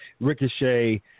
Ricochet